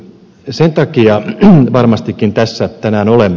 varmastikin sen takia tässä tänään olemme